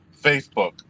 Facebook